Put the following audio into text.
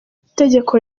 itegeko